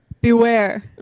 Beware